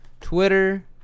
twitter